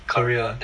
career